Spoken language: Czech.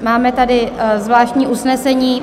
Máme tady zvláštní usnesení.